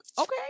okay